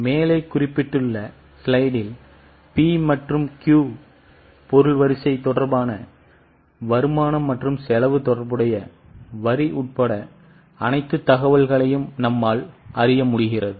மேலே குறிப்பிட்டுள்ள ஸ்லைடில் P மற்றும் Q பொருள் தொடர்பான வருமானம் மற்றும் செலவு தொடர்புடைய வரி உட்பட அனைத்து தகவல்களையும் நம்மால் அறிய முடிகிறது